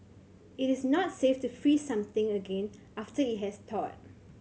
it is not safe to freeze something again after it has thawed